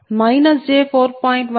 165 p